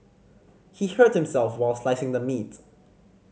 he hurt himself while slicing the meats